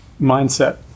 mindset